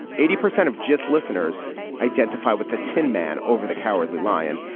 eighty percent of gist listeners identify with the tin man over the cowardly lion.